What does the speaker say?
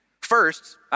First